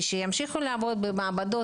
שימשיכו לעבוד במעבדות,